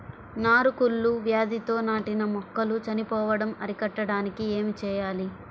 నారు కుళ్ళు వ్యాధితో నాటిన మొక్కలు చనిపోవడం అరికట్టడానికి ఏమి చేయాలి?